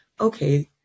okay